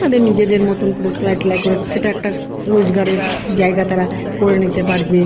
তাদের নিজেদের মতন করে সেলাই টেলাই করে সেটা একটা রোজগারের জায়গা তারা করে নিতে পারবে